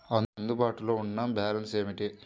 అందుబాటులో ఉన్న బ్యాలన్స్ ఏమిటీ?